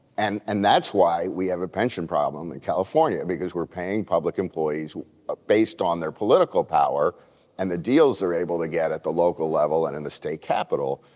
and and that's why we have a pension problem in california because we're paying public employees ah based on their political power and the deals they're able to get at the local level and in the state capitol.